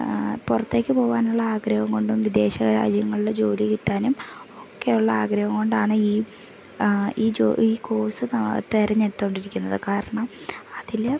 പുറത്തേക്ക് പോവാനുള്ള ആഗ്രഹം കൊണ്ടും വിദേശ രാജ്യങ്ങളിൽ ജോലി കിട്ടാനും ഒക്കെയുള്ള ആഗ്രഹം കൊണ്ടാണ് ഈ ഈ ഈ കോഴ്സ് തെരഞ്ഞെടുത്തു കൊണ്ടിരിക്കുന്നത് കാരണം അതിൽ